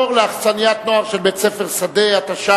(פטור לאכסניית נוער של בית-ספר שדה), התש"ע